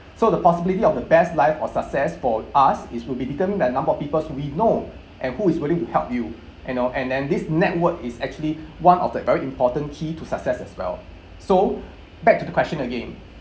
so the possibility of the best life or success for us is will be determined by number of peoples we know and who is willing to help you and or and then this network is actually one of the very important key to success as well so back to the question again